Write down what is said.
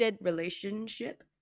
relationship